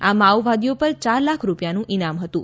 આ માઓવાદીઓ પર ચાર લાખ રૂપિયાનું ઇનામ હતું